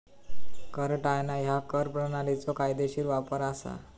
कर टाळणा ह्या कर प्रणालीचो कायदेशीर वापर असा